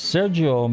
Sergio